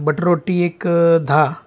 butter रोटी एक दहा